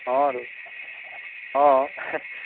অঁতো অঁ